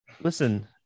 Listen